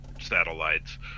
satellites